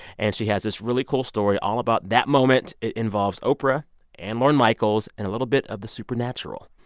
and she has this really cool story all about that moment. it involves oprah and lorne michaels and a little bit of the supernatural.